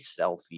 selfie